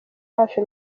hafi